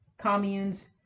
communes